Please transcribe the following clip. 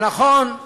נכון,